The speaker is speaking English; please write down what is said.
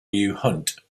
hunt